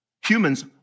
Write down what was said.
Humans